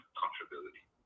comfortability